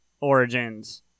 Origins